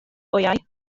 wyau